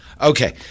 Okay